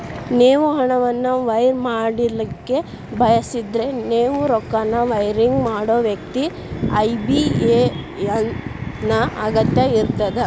ನೇವು ಹಣವನ್ನು ವೈರ್ ಮಾಡಲಿಕ್ಕೆ ಬಯಸಿದ್ರ ನೇವು ರೊಕ್ಕನ ವೈರಿಂಗ್ ಮಾಡೋ ವ್ಯಕ್ತಿ ಐ.ಬಿ.ಎ.ಎನ್ ನ ಅಗತ್ಯ ಇರ್ತದ